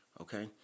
Okay